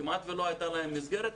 כמעט שלא הייתה להם מסגרת,